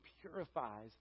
purifies